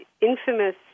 infamous